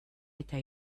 eta